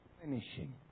finishing